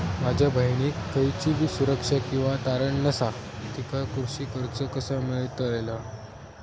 माझ्या बहिणीक खयचीबी सुरक्षा किंवा तारण नसा तिका कृषी कर्ज कसा मेळतल?